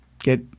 get